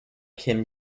kim